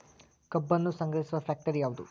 ಕಬ್ಬನ್ನು ಸಂಗ್ರಹಿಸುವ ಫ್ಯಾಕ್ಟರಿ ಯಾವದು?